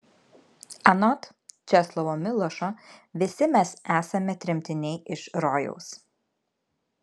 anot česlovo milošo visi mes esame tremtiniai iš rojaus